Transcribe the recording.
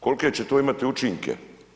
Kolike će to imati učinke?